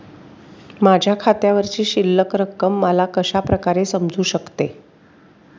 माझ्या खात्यावरची शिल्लक रक्कम मला कशा प्रकारे समजू शकते?